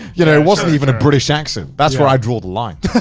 you know, it wasn't even a british accent. that's where i draw the line.